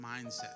mindset